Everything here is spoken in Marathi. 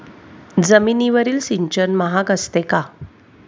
जमिनीवरील सिंचन महाग असते का?